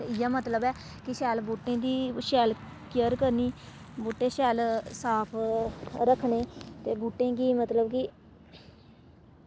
ते इ'यै मतलब ऐ कि शैल बूह्टें दी शैल केयर करनी बूह्टे शैल साफ रक्खने ते बूह्टें गी मतलब कि